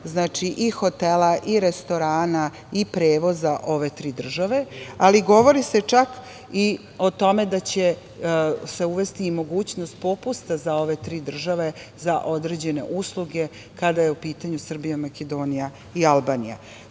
hotela, restorana, prevoza ove tri države, ali govori se čak i o tome da će se uvesti i mogućnost popusta za ove tri države za određene usluge kada je u pitanju Srbija, Makedonija i Albanija. Govorimo